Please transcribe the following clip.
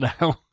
now